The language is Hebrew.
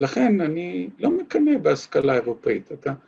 ‫לכן אני לא מקנא בהשכלה אירופאית, ‫אתה...